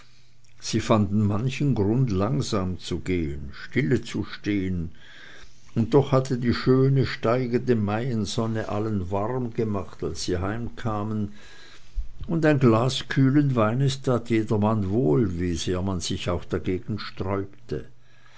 sie fanden manchen grund langsam zu gehn stillezustehn und doch hatte die schöne steigende maiensonne allen warm gemacht als sie heimkamen und ein glas kühlen weins tat jedermann wohl wie sehr man sich auch dagegen sträubte